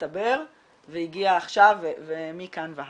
שהצטבר והגיע עכשיו ומכאן והלאה.